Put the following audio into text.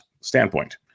standpoint